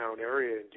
area